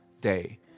day